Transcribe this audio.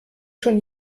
schon